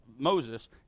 Moses